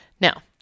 Now